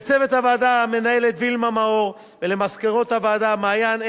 לצוות הוועדה: המנהלת וילמה מאור ומזכירות הוועדה מעיין,